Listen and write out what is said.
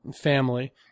family